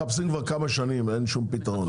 מחפשים כבר כמה שנים, אין שום פתרון.